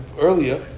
earlier